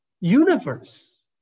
universe